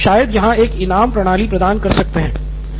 तो हम शायद यहाँ एक इनाम प्रणाली प्रदान कर सकते हैं